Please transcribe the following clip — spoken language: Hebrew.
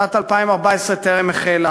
שנת 2014 טרם החלה,